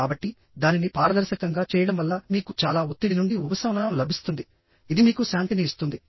కాబట్టి దానిని పారదర్శకంగా చేయడం వల్ల మీకు చాలా ఒత్తిడి నుండి ఉపశమనం లభిస్తుంది ఇది మీకు శాంతిని ఇస్తుంది